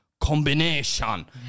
combination